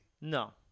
No